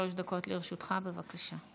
שלוש דקות לרשותך, בבקשה.